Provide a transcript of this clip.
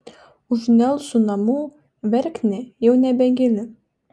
už nelsų namų verknė jau nebegili